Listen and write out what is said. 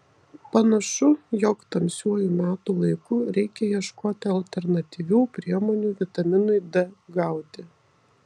panašu jog tamsiuoju metų laiku reikia ieškoti alternatyvių priemonių vitaminui d gauti